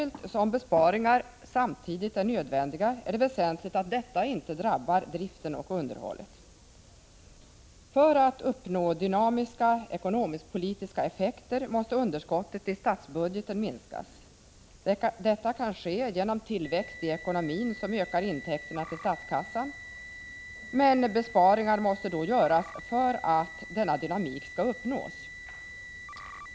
Besparingar är nödvändiga, men samtidigt är det väsentligt att dessa inte drabbar driften och underhållet. För att uppnå dynamiska ekonomisk-politiska effekter måste underskottet i statsbudgeten minskas. Detta kan ske genom tillväxt i ekonomin som ökar intäkterna till statskassan, men besparingar måste då göras för att man skall kunna uppnå denna dynamik.